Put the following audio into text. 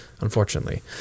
unfortunately